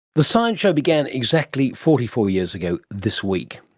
the science show began exactly forty four years ago this week,